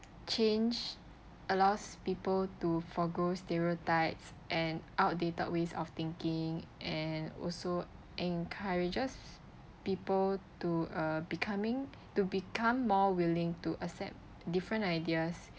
change allows people to forgo stereotypes and outdated ways of thinking and also encourages people to uh becoming to become more willing to accept different ideas